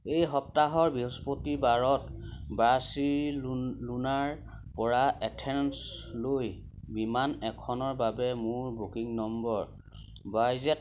এই সপ্তাহৰ বৃহস্পতিবাৰত বাৰ্চিলোনাৰপৰা এথেন্সলৈ বিমান এখনৰ বাবে মোৰ বুকিং নম্বৰ ৱাই জেদ